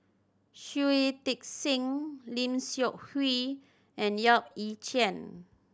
Shui Tit Sing Lim Seok Hui and Yap Ee Chian